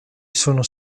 sono